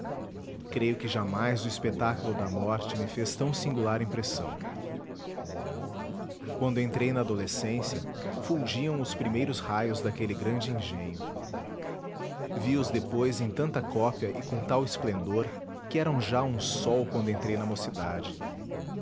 creio que jamais o espetáculo da morte me fez tão singular impressão quando entrei na adolescência fulgiam os primeiros raios daquele grande engenho vi os depois em tanta cópia e com tal esplendor que eram já um sol quando entrei na mocidade